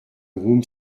groom